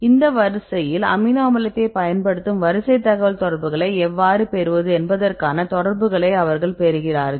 அந்த வரிசையில் அமினோ அமிலத்தைப் பயன்படுத்தும் வரிசை தகவல் தொடர்புகளை எவ்வாறு பெறுவது என்பதற்கான தொடர்புகளை அவர்கள் பெறுகிறார்கள்